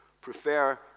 Prefer